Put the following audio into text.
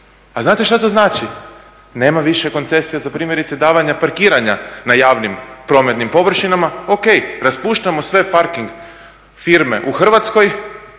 A znate šta to znači? Nema više koncesija za primjerice davanja parkiranja na javnim prometnim površinama, ok raspuštamo sve parking firme u Hrvatskoj